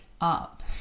up